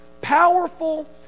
powerful